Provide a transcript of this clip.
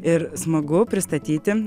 ir smagu pristatyti